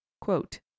Quote